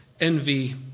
Envy